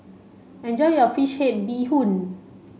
enjoy your fish head bee hoon